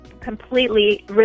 completely